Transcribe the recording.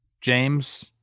James